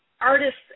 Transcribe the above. artist's